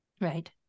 right